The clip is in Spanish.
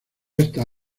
está